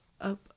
up